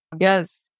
Yes